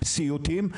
סיוטים,